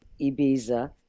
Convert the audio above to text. Ibiza